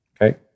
okay